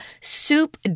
soup